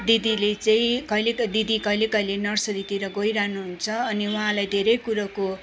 दिदीले चाहिँ कहिले क दिदी कहिले कहिले नर्सरीतिर गइरहनुहुन्छ अनि उहाँलाई धेरै कुरोको